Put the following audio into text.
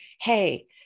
hey